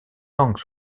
langues